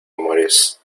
amores